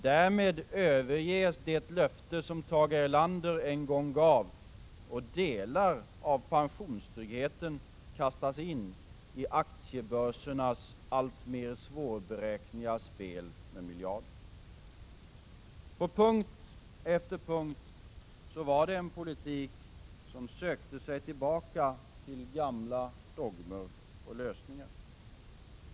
Därmed överges det löfte som Tage Erlander en gång gav, och delar av pensionstryggheten kastas in i aktiebörsernas alltmer svårberäkneliga spel med miljarder. På punkt efter punkt var det en politik som sökte sig tillbaka till gamla dogmer och lösningar.